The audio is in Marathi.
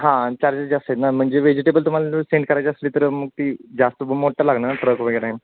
हां चार्जेस जास्त आहेत ना म्हणजे वेजिटेबल तुम्हाला सेंड करायची असली तर मग ती जास्त मोठं लागणार ना ट्रक वगैरे